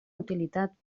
utilitat